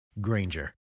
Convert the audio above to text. Granger